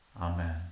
Amen